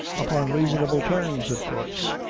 upon reasonable terms, of course.